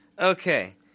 Okay